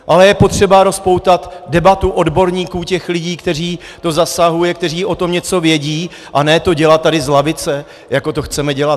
Ale je potřeba rozpoutat debatu odborníků, těch lidí, které to zasahuje, kteří o tom něco vědí, a ne to dělat tady z lavice, jako to chceme dělat.